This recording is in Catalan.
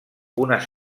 unes